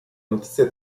notizia